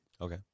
Okay